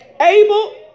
Abel